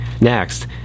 Next